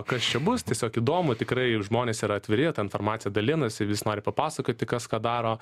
kas čia bus tiesiog įdomu tikrai žmonės yra atviri ta informacija dalinasi vis nori papasakoti kas ką daro